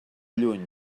lluny